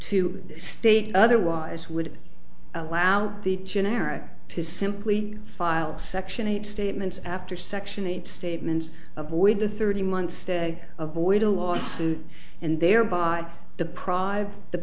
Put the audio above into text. to state otherwise would allow the generic to simply file section eight statements after section eight statements avoid the thirty months to avoid a lawsuit and thereby deprive the